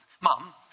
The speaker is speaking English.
Mom